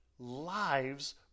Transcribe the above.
Lives